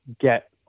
get